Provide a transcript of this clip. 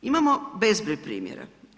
Imamo bezbroj primjera.